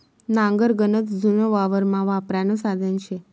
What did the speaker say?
नांगर गनच जुनं वावरमा वापरानं साधन शे